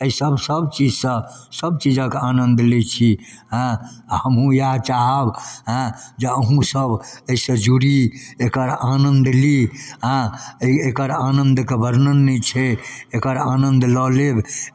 एहिसब सब चीजसँ सब चीजके आनन्द लै छी हँ हमहूँ इएह चाहब हँ जे अहूँसभ एहिसँ जुड़ी एकर आनन्द ली हँ एकर आनन्दके वर्णन नहि छै एकर आनन्द लऽ लेब एकर